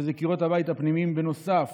שזה קירות הבית הפנימיים נוסף